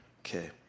Okay